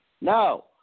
no